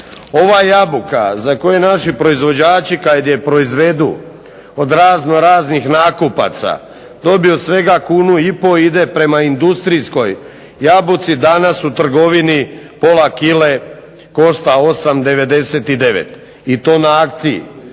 Ova jabuka za koju naši proizvođači kada je proizvedu od razno raznih nakupaca dobiju svega kunu i pol i ide prema industrijskoj jabuci, danas u trgovini pola kile košta 8 i 99 i to na akciji,